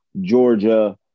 Georgia